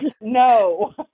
no